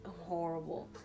horrible